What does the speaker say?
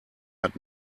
hat